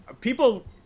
people